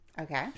Okay